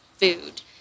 food